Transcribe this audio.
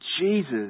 Jesus